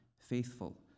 faithful